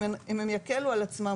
אם הם יקלו על עצמם,